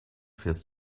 fährst